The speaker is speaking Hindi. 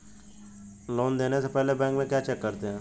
लोन देने से पहले बैंक में क्या चेक करते हैं?